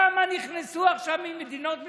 כמה נכנסו עכשיו ממדינות מסוכנות?